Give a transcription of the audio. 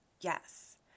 Yes